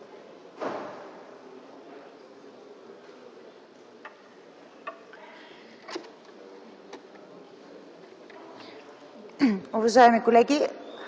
Уважаеми колеги,